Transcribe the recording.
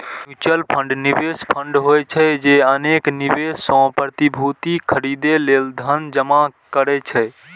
mutual fund निवेश fund होइ छै, जे अनेक निवेशक सं प्रतिभूति खरीदै लेल धन जमा करै छै